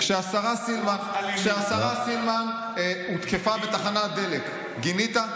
כשהשרה סילמן הותקפה בתחנת דלק, גינית?